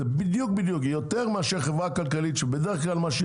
יותר מאשר חברה כלכלית שבדרך כלל מה שהיא